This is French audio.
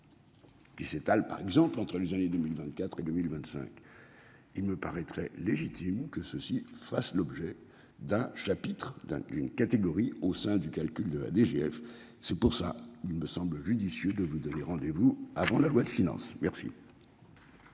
Qui s'étale par exemple entre les années 2024 et 2025. Il me paraîtrait légitime que ceux-ci fassent l'objet d'un chapitre dans une catégorie au sein du calcul de la DGF, c'est pour ça, il me semble judicieux de vous donner rendez-vous avant la loi de finances, merci.